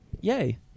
yay